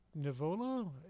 Nivola